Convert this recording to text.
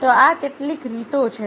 તો આ કેટલીક રીતો છે